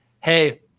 Hey